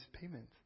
payment